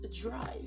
drive